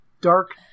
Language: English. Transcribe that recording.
dark